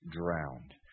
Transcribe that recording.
drowned